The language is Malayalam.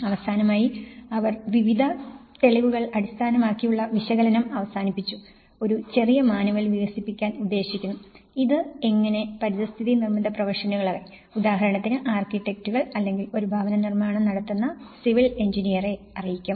അവസാനമായി അവർ വിവിധ തെളിവുകൾ അടിസ്ഥാനമാക്കിയുള്ള വിശകലനം അവസാനിപ്പിച്ചു ഒരു ചെറിയ മാനുവൽ വികസിപ്പിക്കാൻ ഉദ്ദേശിക്കുന്നു ഇത് എങ്ങനെ പരിസ്ഥിതി നിർമ്മിത പ്രൊഫഷണലുകളെ ഉദാഹരണത്തിന് ആർക്കിടെക്റ്റുകൾ അല്ലെങ്കിൽ ഒരു ഭവന നിർമ്മാണം നടത്തുന്ന സിവിൽ എഞ്ചിനീരെ അറിയിക്കും